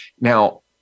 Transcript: Now